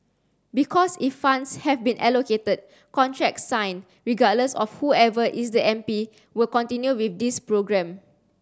because if funds have been allocated contracts signed regardless of whoever is the M P will continue with this programme